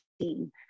team